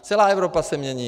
Celá Evropa se mění.